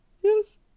Yes